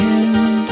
end